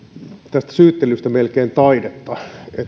tehneet syyttelystä melkein taidetta kun emme